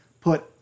put